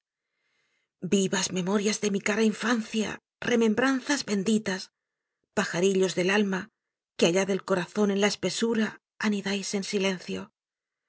vivas memorias de mi cara infancia remembranzas benditas paj arillos del alma que allá del corazón en la espesura anidáis en silencio